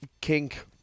kink